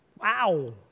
Wow